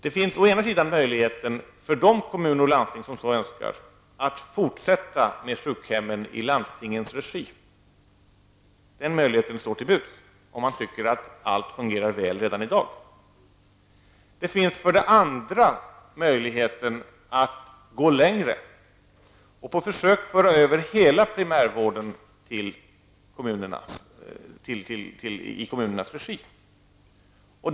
Det finns å ena sidan möjlighet för de kommuner och landsting som så önskar att fortsätta med sjukhemmen i landstingens regi. Den möjligheten står till buds om man anser att allting fungerar väl redan i dag. Det finns å andra sidan möjligheten att gå längre och på försök föra över hela primärvården i kommunernas regi.